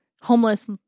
homeless